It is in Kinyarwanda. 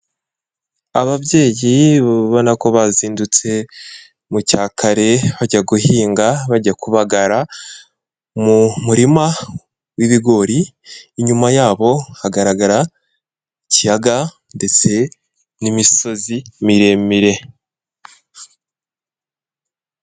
Ababyeyi ubona ko bazindutse mu cya kare bajya guhinga, bajya kubagara mu murima w'ibigori. Inyuma yabo hagaragara ikiyaga ndetse n'imisozi miremire.